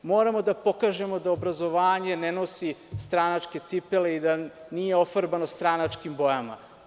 Moramo da pokažemo da obrazovanje ne nosi stranačke cipele i da nije ofarbano stranačkim bojama.